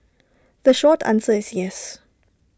the short answer is yes